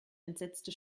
entsetzte